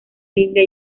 biblia